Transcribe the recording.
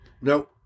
no